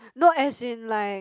not as in like